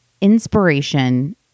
inspiration